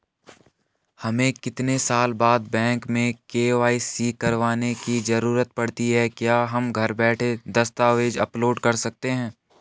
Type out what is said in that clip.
हमें कितने साल बाद बैंक में के.वाई.सी करवाने की जरूरत पड़ती है क्या हम घर बैठे दस्तावेज़ अपलोड कर सकते हैं?